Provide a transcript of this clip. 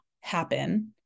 happen